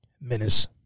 Menace